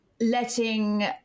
letting